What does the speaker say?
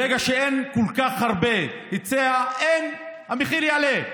ברגע שאין כל כך הרבה היצע, המחיר יעלה.